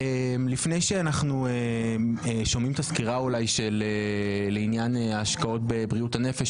לפני שאנחנו שומעים את הסקירה אולי לעניין ההשקעות בבריאות הנפש,